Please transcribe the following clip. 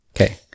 Okay